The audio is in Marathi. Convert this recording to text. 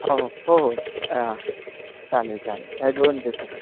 हो हो हो हो चालेल चालेल दोन दिवसासाठी